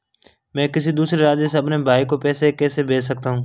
मैं किसी दूसरे राज्य से अपने भाई को पैसे कैसे भेज सकता हूं?